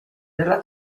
della